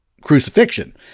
crucifixion